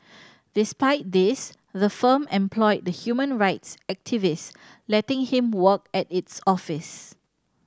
despite this the firm employed the human rights activist letting him work at its office